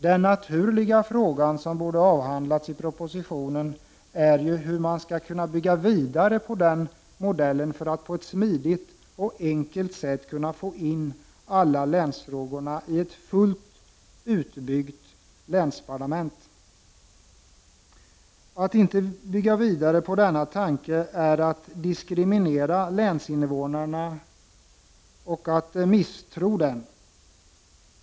Den naturliga frågan som borde ha avhandlats i propositionen är hur man skall kunna bygga vidare på den modellen för att på ett smidigt och enkelt sätt kunna få in alla länsfrågorna i ett fullt utbyggt länsparlament. Att inte bygga vidare på denna tanke är att diskriminera länsinvånarna och att misstro dem.